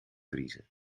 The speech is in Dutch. vriezen